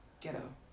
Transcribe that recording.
ghetto